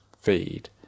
feed